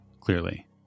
clearly